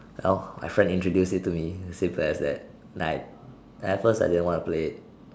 well my friend introduced it to me simple as that night and at first I didn't want to play it